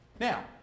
Now